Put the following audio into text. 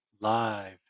live